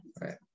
Right